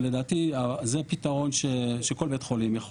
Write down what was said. ולדעתי זה פתרון שכל בית חולים,